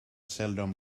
seldom